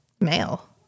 male